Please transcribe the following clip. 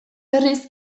berriz